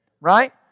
Right